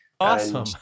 awesome